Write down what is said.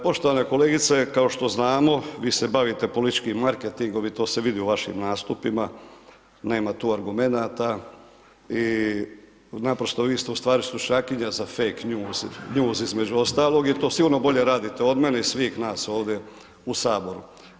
Poštovane kolegice, kao što znamo, vi se bavite političkim marketingom i to se vidi u vašim nastupima, nema tu argumenata i naprosto vi ste ustvari stručnjakinja za fake news između ostalog, jer to sigurno bolje raditi od mene i svih nas ovdje u saboru.